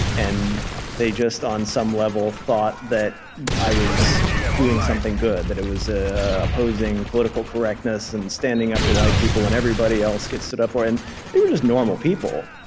and they just, on some level, thought that i was doing something good that i was ah opposing political correctness and standing up for white people when everybody else gets stood up for. and they were just normal people.